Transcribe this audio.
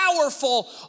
powerful